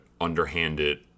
underhanded